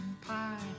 Pie